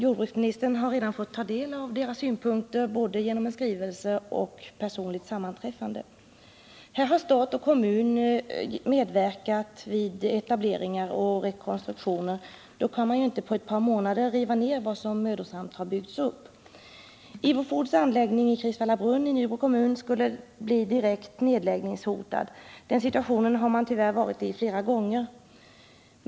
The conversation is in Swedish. Jordbruksministern har redan fått ta del av deras synpunkter både genom en skrivelse och genom personligt sammanträffande. Här har stat och kommun medverkat vid etableringar och rekonstruktioner. Då kan man ju inte på ett par månader riva ner vad som mödosamt byggts upp. Ivo Foods anläggning i Kristvallabrunn i Nybro kommun skulle bli direkt nedläggningshotad. Den situationen har man tyvärr varit i flera gånger.